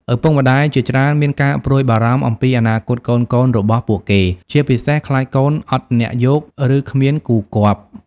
ឪពុកម្តាយជាច្រើនមានការព្រួយបារម្ភអំពីអនាគតកូនៗរបស់ពួកគេ ជាពិសេសខ្លាចកូន អត់អ្នកយក ឬ គ្មានគូគាប់ ។